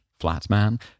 Flatman